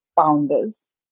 founders